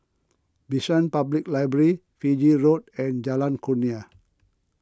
Bishan Public Library Fiji Road and Jalan Kurnia